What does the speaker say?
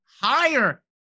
higher